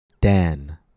dan